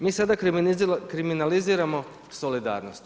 Mi sada kriminaliziramo solidarnost.